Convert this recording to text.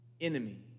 enemy